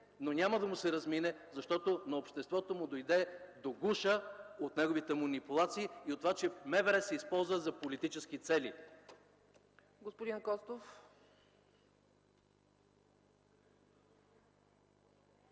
но няма да му се размине, защото на обществото му дойде до гуша от неговите манипулации и от това, че МВР се използва за политически цели.